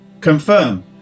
confirm